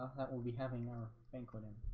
that will be having our banquet in